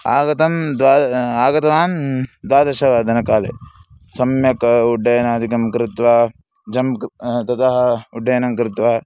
आगतं द्वा आगतवान् द्वादशवादनकाले सम्यक् उड्डयनादिकं कृत्वा जम्प् ततः उड्डयनं कृत्वा